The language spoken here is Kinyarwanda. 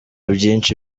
byinshi